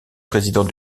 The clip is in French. président